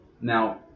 Now